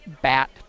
bat